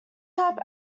type